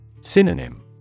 Synonym